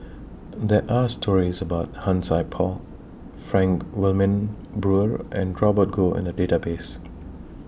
There Are stories about Han Sai Por Frank Wilmin Brewer and Robert Goh in The Database